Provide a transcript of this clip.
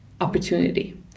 opportunity